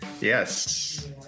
Yes